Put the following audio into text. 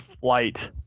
Flight